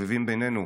מסתובבים בינינו.